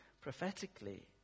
prophetically